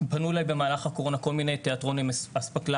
פנו אליי במהלך הקורונה כל מיני תיאטרון אספקלריא,